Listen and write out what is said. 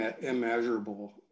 immeasurable